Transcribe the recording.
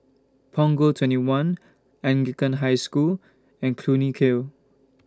Punggol twenty one Anglican High School and Clunny Hill